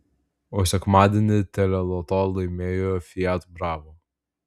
o sekmadienį teleloto laimėjo fiat bravo